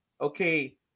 okay